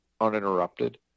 uninterrupted